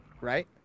right